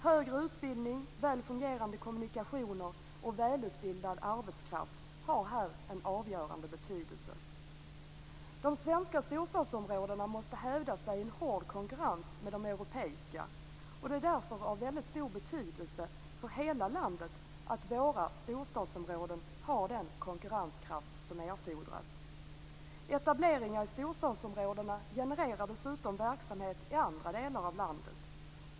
Högre utbildning, väl fungerande kommunikationer och välutbildad arbetskraft har här en avgörande betydelse. De svenska storstadsområdena måste hävda sig i en hård konkurrens med de europeiska, och det är därför av stor betydelse för hela landet att våra storstadsområden har den konkurrenskraft som erfordras. Etableringar i storstadsområdena genererar dessutom verksamhet i andra delar av landet.